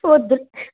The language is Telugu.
వద్దు